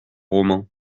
roman